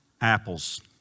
apples